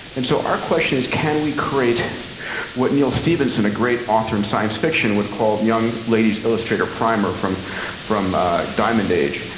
and so our question is, can we create what neil stevenson, a great author in science fiction, would call young lady's illustrator primer from from ah diamond age?